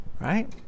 right